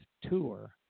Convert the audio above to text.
tour